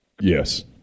Yes